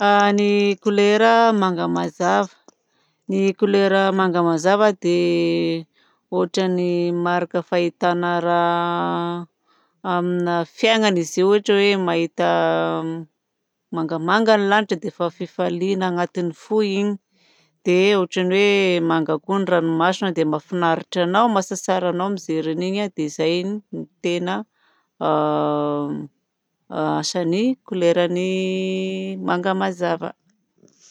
Ny couleur manga mazava ny couleur manga mazava dia ohatran'ny marika fahitana raha amina fiainana izy io. Ohatra hoe mahita mangamanga ny lanitra dia efa fifaliana anaty ny fo iny. Dia ohatran'ny hoe manga koa ny ranomasina dia mahafinaritra anao mahatsatsara anao mijery an'iny. Dia izay no tena asan'ny couleran'ny manga mazava.